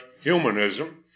humanism